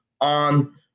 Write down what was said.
on